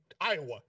iowa